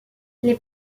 les